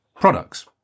products